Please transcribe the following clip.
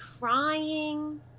crying